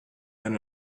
than